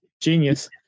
Genius